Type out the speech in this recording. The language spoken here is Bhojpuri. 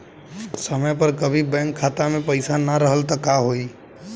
समय पर कभी बैंक खाता मे पईसा ना रहल त का होई?